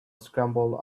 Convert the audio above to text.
scrambled